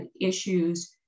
issues